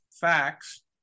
facts